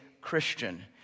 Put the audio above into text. Christian